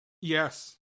Yes